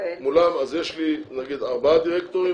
אז יש לי ארבעה דירקטורים,